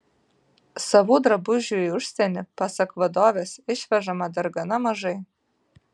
savų drabužių į užsienį pasak vadovės išvežama dar gana mažai